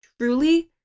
truly